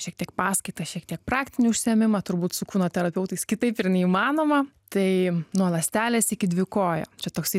šiek tiek paskaitą šiek tiek praktinį užsiėmimą turbūt su kūno terapeutais kitaip ir neįmanoma tai nuo ląstelės iki dvikojo čia toksai